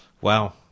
Wow